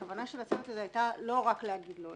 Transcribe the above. הכוונה של הצוות הזה הייתה לא רק להגיד לא,